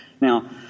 Now